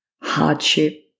hardship